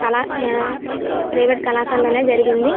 కళా ఆ ప్రైవేట్ కళాశాలలోనే జరిగింది